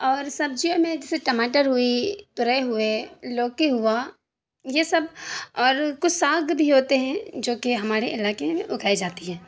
اور سبزیوں میں جیسے ٹماٹر ہوئی تورئی ہوئے لوکی ہوا یہ سب اور کچھ ساگ بھی ہوتے ہیں جوکہ ہمارے علاقے میں اگائی جاتی ہے